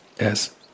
Yes